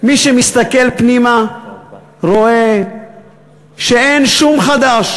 מי שמסתכל פנימה רואה שאין שום חדש,